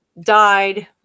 died